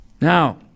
Now